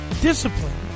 Discipline